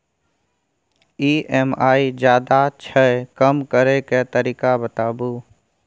EMI ज्यादा छै कम करै के तरीका बताबू?